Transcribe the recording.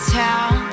town